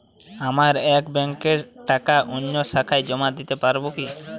আমার এক ব্যাঙ্কের টাকা অন্য শাখায় জমা দিতে পারব কি?